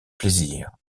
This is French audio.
plaisir